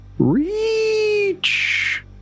reach